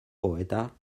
poeta